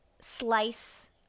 slice